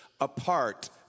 apart